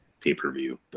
pay-per-view